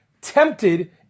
tempted